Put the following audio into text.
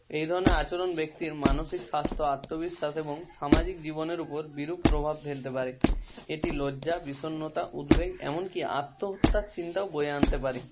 এই ধরনের আচরণ ব্যক্তির মানসিক স্বাস্থ্য আত্মবিশ্বাস এবং সামাজিক জীবনের উপর বিরূপ প্রভাব ফেলতে পারে এটি লজ্জা বিষণ্ণতা উদ্বেগ এমনকি আত্মহত্যার চিন্তাও বয়ে আনতে পারে